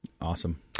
Awesome